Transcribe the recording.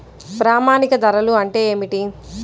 ప్రామాణిక ధరలు అంటే ఏమిటీ?